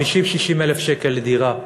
50,000 60,000 שקל לדירה.